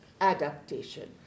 adaptation